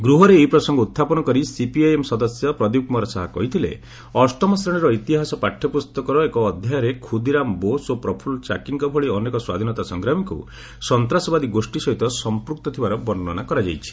ଗୃହରେ ଏହି ପ୍ରସଙ୍ଗ ଉତ୍ଥାପନ କରି ସିପିଆଇଏମ୍ ସଦସ୍ୟ ପ୍ରଦୀପ କୁମାର ଶାହା କହିଥିଲେ ଅଷ୍ଟମ ଶ୍ରେଣୀର ଇତିହାସ ପାଠ୍ୟପୁସ୍ତକର ଏକ ଅଧ୍ୟାୟରେ ଖୁଦୀରାମ ବୋଷ ଓ ପ୍ରଫୁଲ୍ଲ ଚାକିଙ୍କ ଭଳି ଅନେକ ସ୍ୱାଧୀନତା ସଂଗ୍ରାମୀଙ୍କୁ ସନ୍ତାସବାଦୀ ଗୋଷୀ ସହିତ ସଂପୃକ୍ତ ଥିବାର ବର୍ଷ୍ଣନା କରାଯାଇଛି